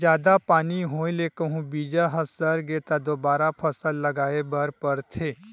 जादा पानी होए ले कहूं बीजा ह सरगे त दोबारा फसल लगाए बर परथे